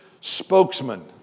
spokesman